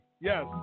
Yes